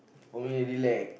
for me relax